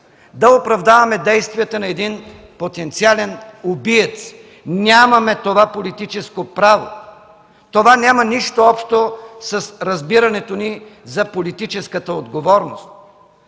да оправдаваме действията на един потенциален убиец, нямаме това политическо право! Това няма нищо общо с разбирането ни за политическата отговорност.